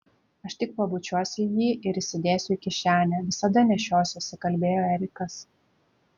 aš tik pabučiuosiu jį ir įsidėsiu į kišenę visada nešiosiuosi kalbėjo erikas